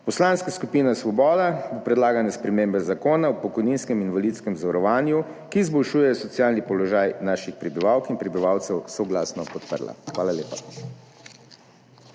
Poslanska skupina Svoboda bo predlagane spremembe Zakona o pokojninskem in invalidskem zavarovanju, ki izboljšujejo socialni položaj naših prebivalk in prebivalcev, soglasno podprla. Hvala lepa.